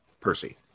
Percy